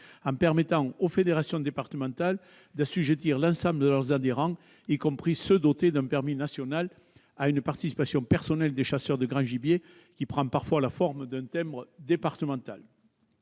en permettant aux fédérations départementales d'assujettir l'ensemble de leurs adhérents, y compris ceux qui sont dotés d'un permis national, à une participation personnelle des chasseurs de grand gibier, qui prend parfois la forme d'un timbre départemental.